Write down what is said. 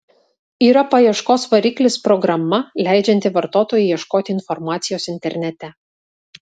yra paieškos variklis programa leidžianti vartotojui ieškoti informacijos internete